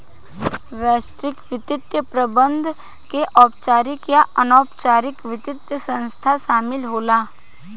वैश्विक वित्तीय प्रबंधन में औपचारिक आ अनौपचारिक वित्तीय संस्थान शामिल होला